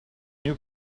new